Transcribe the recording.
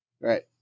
right